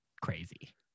crazy